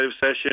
session